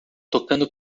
tocando